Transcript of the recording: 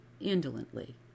indolently